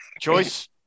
choice